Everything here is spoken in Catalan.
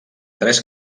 tres